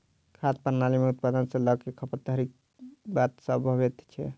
खाद्य प्रणाली मे उत्पादन सॅ ल क खपत धरिक बात सभ अबैत छै